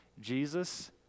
Jesus